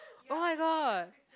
oh-my-god